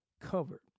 Covered